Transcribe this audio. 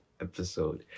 episode